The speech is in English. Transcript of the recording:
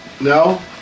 No